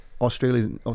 Australia